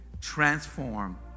transform